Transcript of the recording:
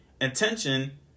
intention